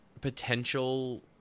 potential